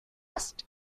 must